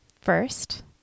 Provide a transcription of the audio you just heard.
First